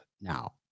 Now